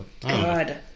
God